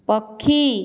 ପକ୍ଷୀ